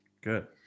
Good